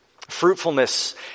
Fruitfulness